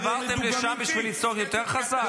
עברתן לשם בשביל לצעוק יותר חזק?